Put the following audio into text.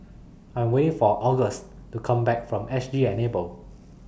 I Am waiting For Auguste to Come Back from S G Enable